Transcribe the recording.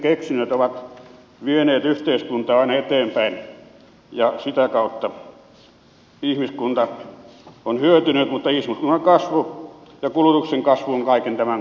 keksinnöt ovat vieneet yhteiskuntaa aina eteenpäin ja sitä kautta ihmiskunta on hyötynyt mutta ihmiskunnan kasvu ja kulutuksen kasvu on kaiken tämän kompensoinut